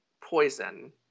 poison